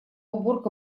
уборка